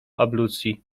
ablucji